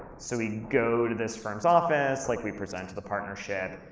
so we go to this firm's office. like, we present to the partnership.